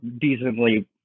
decently